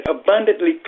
abundantly